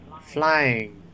flying